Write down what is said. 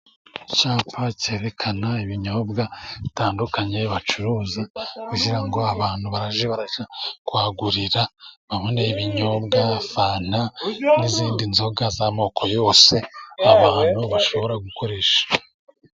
Icyapa kerekana ibinyobwa bitandukanye, bacuruza, kugira ngo abantu bage barajya kuhagurira, babone ibinyobwa, fanta, n'izindi nzoga z'amoko yose, abantu bashobora gukoresha.